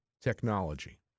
technology